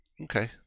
Okay